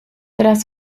tras